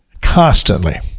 constantly